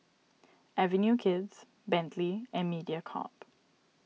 Avenue Kids Bentley and Mediacorp